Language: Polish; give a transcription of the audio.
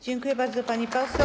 Dziękuję bardzo, pani poseł.